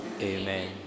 Amen